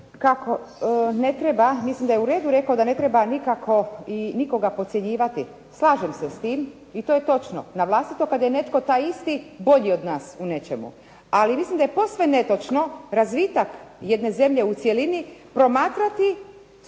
kako ne treba, mislim da je u redu rekao da ne treba nikako i nikoga podcjenjivati. Slažem se s tim i to je točno, na vlastito pa da je netko taj isti bolji u nečemu. Ali mislim da je posve netočno razvitak jedne zemlje u cjelini promatrati